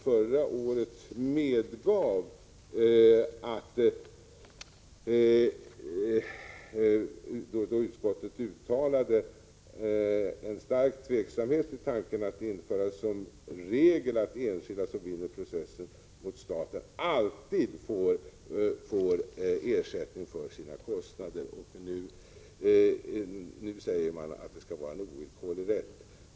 Förra året uttalade utskottet en stark tveksamhet till tanken att införa som regel att enskilda som vinner processer mot staten alltid får ersättning för sina kostnader, nu säger man att det skall vara en ovillkorlig rätt.